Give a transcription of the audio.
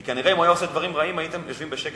כי כנראה אם הוא היה עושה דברים רעים הייתם יושבים בשקט,